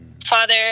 Father